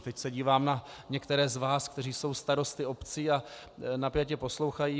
Teď se dívám na některé z vás, kteří jsou starosty obcí a napjatě poslouchají.